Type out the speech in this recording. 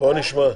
בוא נשמע.